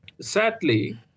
sadly